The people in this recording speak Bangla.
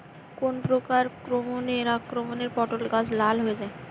কোন প্রকার আক্রমণে পটল গাছ লাল হয়ে যায়?